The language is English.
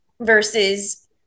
versus